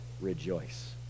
rejoice